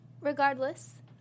regardless